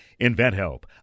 InventHelp